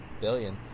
billion